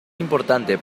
importante